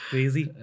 Crazy